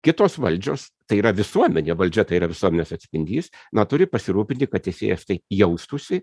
kitos valdžios tai yra visuomenė valdžia tai yra visuomenės atspindys na turi pasirūpinti kad teisėjas tai jaustųsi